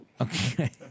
Okay